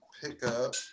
pickup